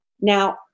Now